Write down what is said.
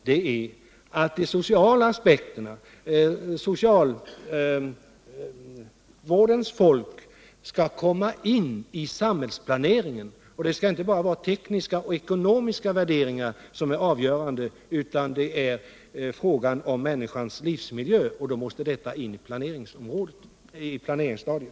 Det gäller att socialvårdens folk skall komma in i samhällsplaneringen. Det skall inte bara vara tekniska och ekonomiska värderingar som är avgörande, utan det är fråga om människans livsmiljö, och då måste detta in i planeringsstadiet.